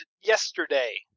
yesterday